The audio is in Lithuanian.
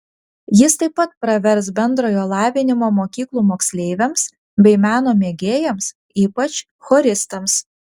jis taip pat pravers bendrojo lavinimo mokyklų moksleiviams bei meno mėgėjams ypač choristams